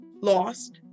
lost